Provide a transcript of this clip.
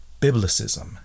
Biblicism